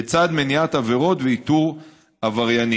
לצד מניעת עבירות ואיתור עבריינים.